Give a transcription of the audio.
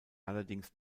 allerdings